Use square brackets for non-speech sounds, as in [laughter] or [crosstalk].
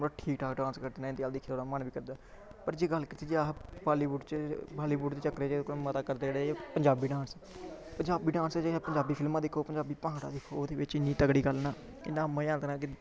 बड़ा ठीक ठाक डांस करदे नै इंदे अल दिक्खने दा मन बी करदा पर जे गल्ल कीती जा बालीवुड च बालीवुड दे चक्करे च ओकड़ा मता करदे एह् पंजाबी डांस पंजाबी डांस ऐ जे पंजाबी फिल्मां दिक्खो पंजाबी [unintelligible] दिक्खो ओह्दे बिच्च इन्नी तगड़ी गल्ल ना इन्ना मजा आंदा ना कि